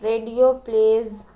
radio please